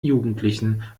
jugendlichen